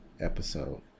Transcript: episode